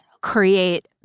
create